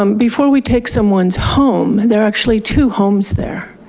um before we take someone's home, there are actually two homes there,